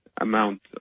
amount